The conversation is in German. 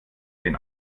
den